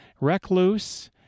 Recluse